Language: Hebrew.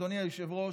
אדוני היושב-ראש,